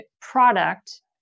product